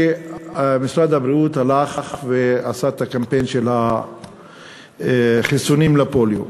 כשמשרד הבריאות הלך ועשה את הקמפיין של החיסונים לפוליו.